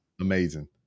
Amazing